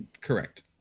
Correct